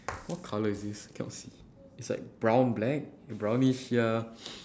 what colour is this I cannot see it's like brown black brownish ya